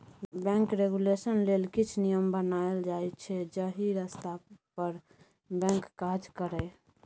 bank regulation लेल किछ नियम बनाएल जाइ छै जाहि रस्ता पर बैंक काज करय